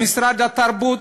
במשרד התרבות,